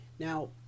Now